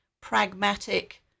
pragmatic